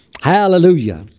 Hallelujah